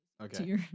okay